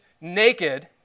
naked